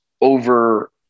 over